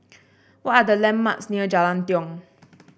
what are the landmarks near Jalan Tiong